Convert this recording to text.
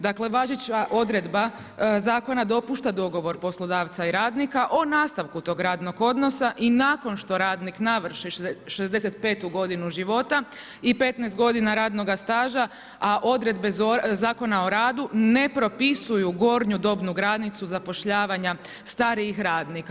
Dakle važeća odredba zakona dopušta dogovor poslodavca i radnika o nastavku tog radnog odnosa i nakon što radnik navrši 65. godinu života i 15 godina radnog staža, odredbe Zakona o radu ne propisuju gornju dobnu granicu zapošljavanja starijih radnika.